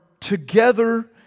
together